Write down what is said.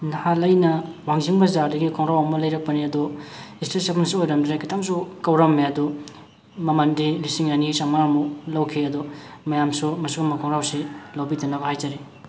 ꯅꯍꯥꯟ ꯑꯩꯅ ꯋꯥꯡꯖꯤꯡ ꯕꯖꯥꯔꯗꯒꯤ ꯈꯣꯡꯒ꯭ꯔꯥꯎ ꯑꯃ ꯂꯩꯔꯛꯄꯅꯤ ꯑꯗꯨ ꯏꯁꯇ꯭ꯔꯦꯆꯤꯕꯜꯁꯨ ꯑꯣꯏꯔꯝꯗ꯭ꯔꯦ ꯈꯤꯇꯪꯁꯨ ꯀꯧꯔꯝꯃꯦ ꯑꯗꯨ ꯃꯃꯜꯗꯤ ꯂꯤꯁꯤꯡ ꯑꯅꯤ ꯆꯝꯃꯉꯥꯃꯨꯛ ꯂꯧꯈꯤ ꯑꯗꯨ ꯃꯌꯥꯝꯁꯨ ꯃꯁꯤꯒꯨꯝꯕ ꯈꯣꯡꯒ꯭ꯔꯥꯎꯁꯤ ꯂꯧꯕꯤꯗꯅꯕ ꯍꯥꯏꯖꯔꯤ